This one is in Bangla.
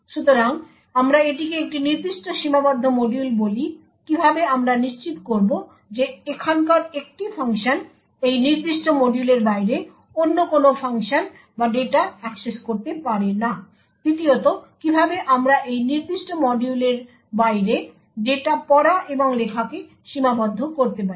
সুতরাং আমরা এটিকে একটি নির্দিষ্ট সীমাবদ্ধ মডিউল বলি কীভাবে আমরা নিশ্চিত করব যে এখানকার একটি ফাংশন এই নির্দিষ্ট মডিউলের বাইরে অন্য কোনও ফাংশন বা ডেটা অ্যাক্সেস করতে পারে না দ্বিতীয়ত কীভাবে আমরা এই নির্দিষ্ট মডিউলের বাইরে ডেটা পড়া এবং লেখাকে সীমাবদ্ধ করতে পারি